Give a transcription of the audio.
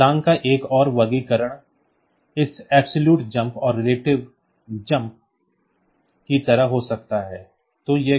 इस छलांग का एक और वर्गीकरण इस अब्सोलुटेjump और रिलेटिव jump की तरह हो सकता है